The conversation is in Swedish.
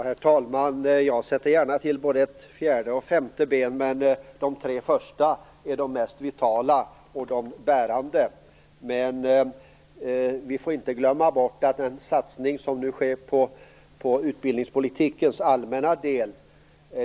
Herr talman! Jag sätter gärna till både ett fjärde och ett femte ben, men de tre första är de mest vitala och de bärande. Vi får inte glömma bort att vi ännu inte har facit på den satsning som nu sker på utbildningspolitikens allmänna del.